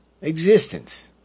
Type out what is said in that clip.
existence